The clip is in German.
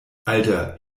alter